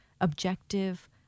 objective